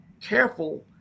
careful